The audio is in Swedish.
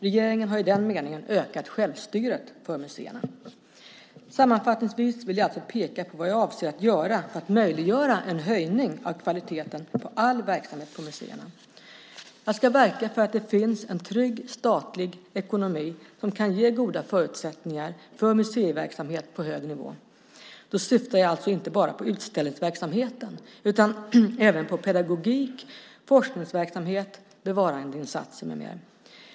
Regeringen har i den meningen ökat självstyret för museerna. Sammanfattningsvis vill jag alltså peka på vad jag avser att göra för att möjliggöra en höjning av kvaliteten på all verksamhet på museerna: Jag ska verka för att det finns en trygg statlig ekonomi som kan ge goda förutsättningar för museiverksamhet på hög nivå. Då syftar jag alltså inte bara på utställningsverksamheten utan även på pedagogik, forskningsverksamhet, bevarandeinsatser med mera.